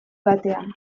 batean